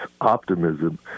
optimism